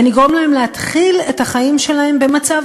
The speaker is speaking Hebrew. ונגרום להם להתחיל את החיים שלהם במצב